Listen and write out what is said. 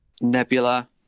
Nebula